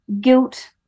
guilt